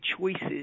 choices